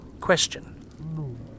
question